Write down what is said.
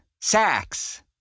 Sax